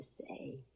say